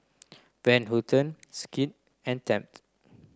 Van Houten Schick and Tempt